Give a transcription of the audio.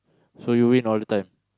so you win all the time